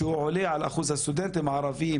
שהוא עולה על אחוז הסטודנטים הערביים,